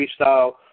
freestyle